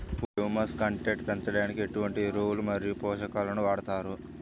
Humus content పెంచడానికి ఎటువంటి ఎరువులు మరియు పోషకాలను వాడతారు?